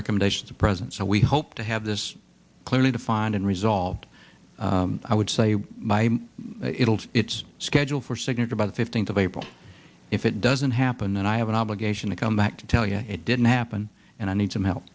recommendations to present so we hope to have this clearly defined and resolved i would say by italy it's scheduled for signature by the fifteenth of april if it doesn't happen and i have an obligation to come back to tell you it didn't happen and i need some help